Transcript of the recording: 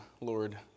Lord